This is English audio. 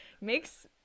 Makes